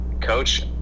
coach